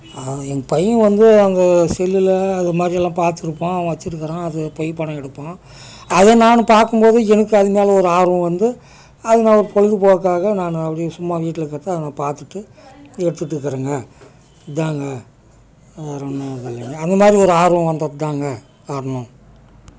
என் பையன் வந்து அங்கே செல்லில் அதுமாதிரிலான் பார்த்துருப்பான் அவன் வச்சிருக்கிறான் அது பேய் படம் எடுப்பான் அதை நானும் பார்க்கும்போது எனக்கு அதுமேலே ஒரு ஆர்வம் வந்து அது நமக்கு பொழுதுபோக்காக நான் அப்படி சும்மா வீட்டில் இருக்கிறத்த அதை நம்ம பார்த்துட்டு எடுத்துட்டுருக்குறேங்க இதுதாங்க வேறே ஒன்றும் இது இல்லைங்க அந்தமாதிரி ஒரு ஆர்வம் வந்ததுதாங்க கார்ணம்